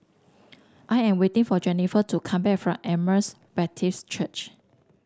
I am waiting for Jennifer to come back from Emmaus Baptist Church